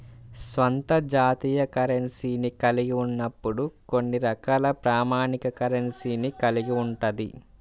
స్వంత జాతీయ కరెన్సీని కలిగి ఉన్నప్పుడు కొన్ని రకాల ప్రామాణిక కరెన్సీని కలిగి ఉంటది